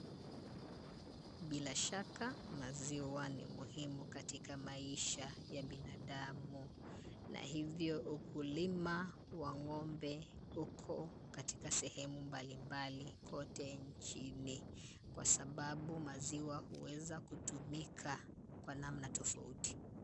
Bila shaka maziwa ni muhimu katika maisha ya binadamu na hivyo ukulima wa ng'ombe uko katika sehemu mbalimbali kote nchini kwa sababu maziwa huweza kutumika kwa namna tofauti.